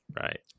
Right